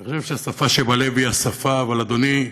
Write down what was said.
אני חושב שהשפה שבלב היא השפה, אבל אדוני,